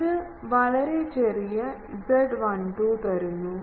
ഇത് വളരെ ചെറിയ Z12 തരുന്നു